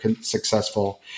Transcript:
successful